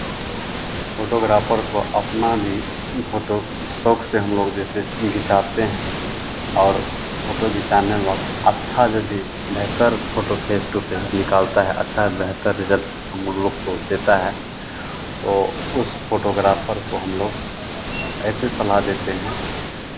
photographer को अपना भी फोटो शौक से हम लोग जैसे खिंचाते हैं और फोटो खिंचाने बाद अच्छा यदि बेहतर फोटो फेस टू फेस निकालता है अच्छा बेहतर रिज़ल्ट हम लोग को देता है तो उस फोटोग्राफर को हम लोग ऐसे सलाह देते हैं